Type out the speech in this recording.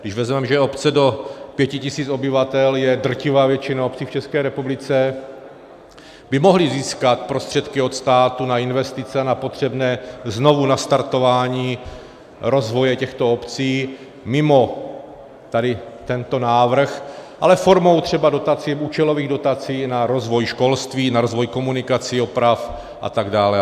Když vezmeme, že obce do pěti tisíc obyvatel je drtivá většina obcí v České republice by mohly získat prostředky od státu na investice a na potřebné znovunastartování rozvoje těchto obcí, mimo tady tento návrh, ale formou třeba dotací, účelových dotací na rozvoj školství, na rozvoj komunikací, oprav atd.